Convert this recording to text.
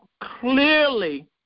clearly